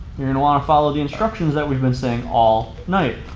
you're gonna wanna follow the instructions that we've been saying all night.